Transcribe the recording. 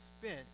spent